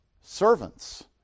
servants